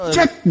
check